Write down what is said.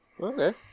Okay